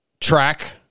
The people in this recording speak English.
track